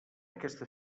aquesta